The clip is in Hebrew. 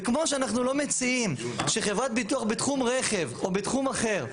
וכמו שאנחנו לא מציעים שחברת ביטוח בתחום רכב או בתחום אחר,